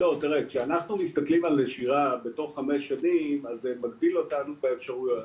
כשאנחנו מסתכלים על נשירה בתוך חמש שנים זה מגביל אותנו באפשרויות.